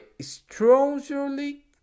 strongly